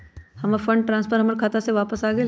हमर fund transfer हमर खाता में वापस आ गेल